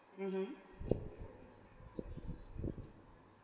mmhmm